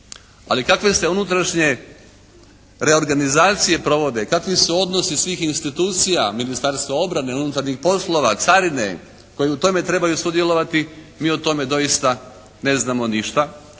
ali kakve su unutrašnje reorganizacije provode, kakvi su odnosi svih institucija, Ministarstva obrane, unutarnjih poslova, carine koji u tome trebaju sudjelovati mi o tome doista ne znamo ništa.